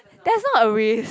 that's not a risk